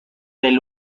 del